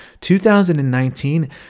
2019